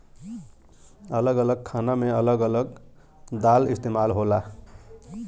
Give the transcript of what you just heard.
अलग अलग खाना मे अलग अलग दाल इस्तेमाल होला